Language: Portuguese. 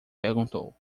perguntou